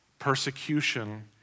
persecution